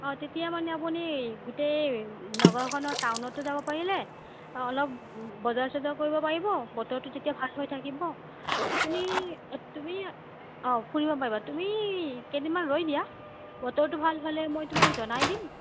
অঁ তেতিয়া মানে আপুনি গোটেই নগাঁওখনৰ টাউনটো যাব পাৰিলে অলপ বজাৰ চজাৰ কৰিব পাৰিব বতৰটো তেতিয়া ভাল হৈ থাকিব আপুনি তুমি অঁ ফুৰিব পাৰিবা তুমি কেইদিনমান ৰৈ দিয়া বতৰটো ভাল হ'লে মই তোমাক জনাই দিম